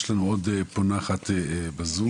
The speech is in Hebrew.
יש לנו עוד פונה אחת בזום.